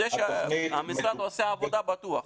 זה שהמשרד עושה עבודה, זה בטוח.